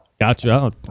Gotcha